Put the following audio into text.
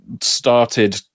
started